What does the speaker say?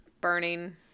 burning